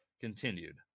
Continued